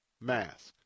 mask